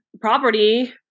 property